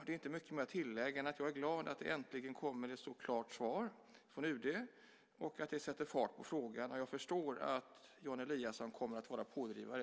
Det är inte mycket mer att tillägga än att jag är glad åt att det äntligen kommer ett så klart svar från UD och att det sätter fart på frågan. Jag förstår att Jan Eliasson kommer att vara pådrivare.